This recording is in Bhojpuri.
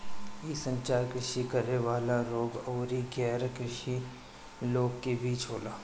इ संचार कृषि करे वाला लोग अउरी गैर कृषि लोग के बीच होला